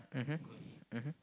mmhmm mmhmm